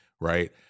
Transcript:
right